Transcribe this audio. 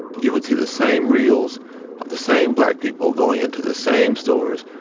you would see the same reels of the same black people going into the same stores,